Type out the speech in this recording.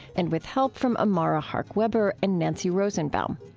and with help from amara hark-webber and nancy rosenbaum.